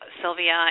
Sylvia